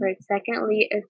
Secondly